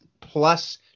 plus